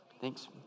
Thanks